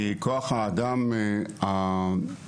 והיום כבר מדברים על brain gain כי זה כבר עניין